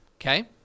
Okay